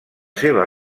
seva